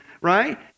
right